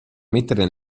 mettere